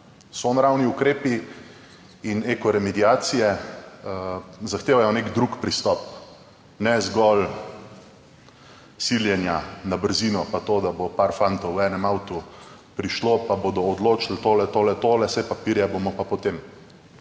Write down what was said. so naravni ukrepi in ekoremediacije zahtevajo nek drug pristop, ne zgolj siljenja na brzino, pa to, da bo par fantov v enem avtu prišlo, pa bodo odločili, tole, tole, tole, saj papirja bomo pa potem